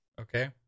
Okay